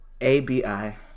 A-B-I